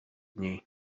niej